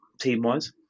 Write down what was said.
team-wise